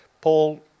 Paul